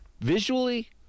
visually